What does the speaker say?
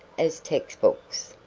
as textbooks.